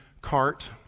cart